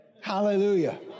hallelujah